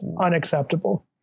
unacceptable